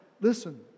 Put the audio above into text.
Listen